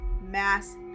mass